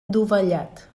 dovellat